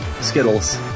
Skittles